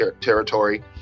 territory